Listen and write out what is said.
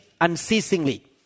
unceasingly